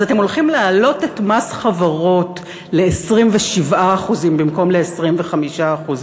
אתם הולכים להעלות את מס החברות ל-27% במקום ל-25%.